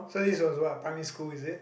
so this was what primary school is it